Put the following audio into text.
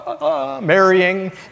marrying